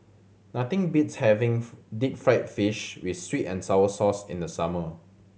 nothing beats having deep fried fish with sweet and sour sauce in the summer